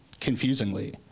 confusingly